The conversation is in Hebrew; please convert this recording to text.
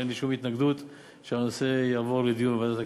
אין לי שום התנגדות שהנושא יועבר לדיון בוועדת הכספים.